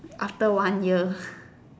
after one year